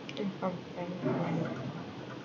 learn from family and friend